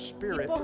Spirit